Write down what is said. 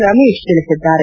ರಮೇಶ್ ತಿಳಿಸಿದ್ದಾರೆ